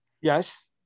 yes